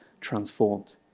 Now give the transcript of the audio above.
transformed